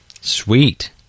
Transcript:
Sweet